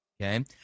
okay